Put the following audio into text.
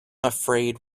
afraid